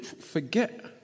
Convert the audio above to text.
forget